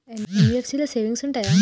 NBFC లో savings ఉంటయా?